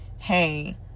Hey